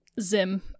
Zim